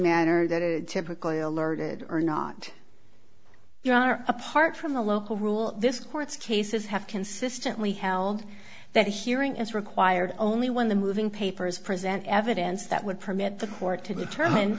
it typically alerted or not you are apart from the local rule this court's cases have consistently held that hearing is required only when the moving papers present evidence that would permit the court to determine